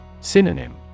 Synonym